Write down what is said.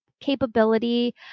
capability